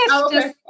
okay